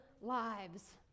lives